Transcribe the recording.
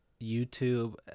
YouTube